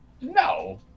no